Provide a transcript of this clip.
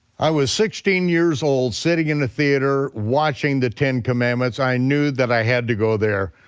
i was sixteen years old sitting in the theater watching the ten commandments. i knew that i had to go there.